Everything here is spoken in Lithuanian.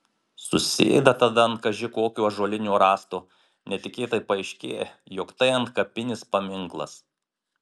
susėda tada ant kaži kokio ąžuolinio rąsto netikėtai paaiškėja jog tai antkapinis paminklas